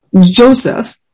Joseph